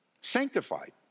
Sanctified